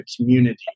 community